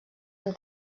amb